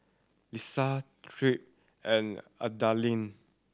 Ieshia Tripp and Adalyn